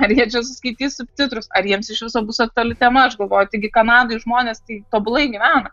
ar jie čia suskaitys subtitrus ar jiems iš viso bus aktuali tema aš galvoju taigi kanadoj žmonės tai tobulai gyvena